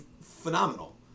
phenomenal